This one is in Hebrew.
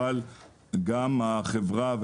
אבל גם החברה,